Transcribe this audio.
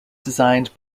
designed